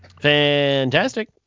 Fantastic